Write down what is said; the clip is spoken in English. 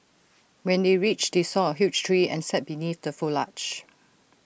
when they reached they saw A huge tree and sat beneath the foliage